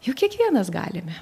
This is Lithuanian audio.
juk kiekvienas galime